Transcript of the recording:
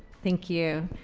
thank you.